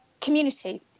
community